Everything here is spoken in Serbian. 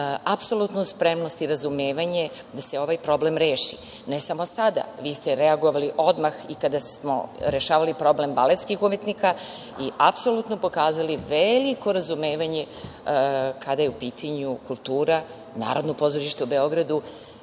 apsolutnu spremnost i razumevanje da se ovaj problem reši. Ne samo sada, vi ste reagovali odmah i kada smo rešavali problem baletskih umetnika i apsolutno pokazali veliko razumevanje kada je u pitanju kultura, Narodno pozorište u Beogradu. Takođe